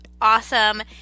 awesome